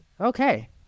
okay